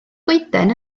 goeden